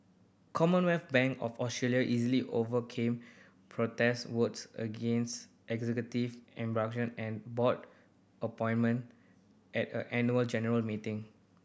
Commonwealth Bank of Australia easily overcame protest votes against executive and board appointment at a annual general meeting